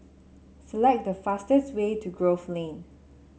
select the fastest way to Grove Lane